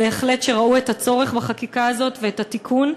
שבהחלט ראו את הצורך בחקיקה הזאת ובתיקון,